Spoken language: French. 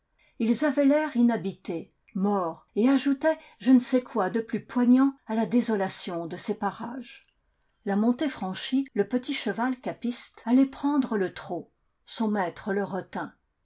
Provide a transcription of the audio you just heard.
ils avaient l'air inhabités morte et ajoutaient je ne sais quoi de plus poignant à la désolation de ces parages la montée franchie le petit cheval capiste allait prendre le trot son maître le retint